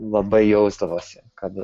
labai jausdavosi kad